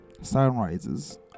Sunrises